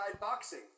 boxing